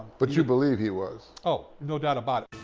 but you believe he was? ah no doubt about it.